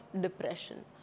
depression